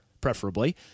preferably